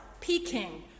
Peking